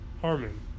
Harmon